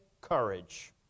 courage